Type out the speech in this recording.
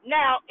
now